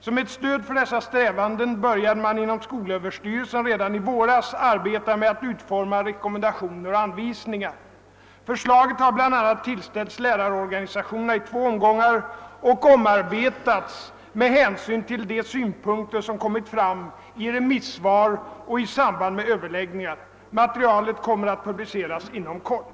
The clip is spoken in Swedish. Som ett stöd för dessa strävanden började man inom skolöverstyrelsen redan i våras arbeta med att utforma rekommendationer och anvisningar. Förslaget har bl.a. tillställts lärarorganisationerna i två omgångar och omarbetats med hänsyn till de synpunkter som kommit fram i remissvar och i samband med överläggningar. Materialet kommer att publiceras inom kort.